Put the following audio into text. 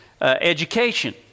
education